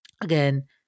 Again